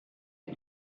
est